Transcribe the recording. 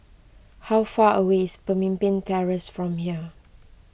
how far away is Pemimpin Terrace from here